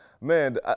Man